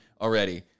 already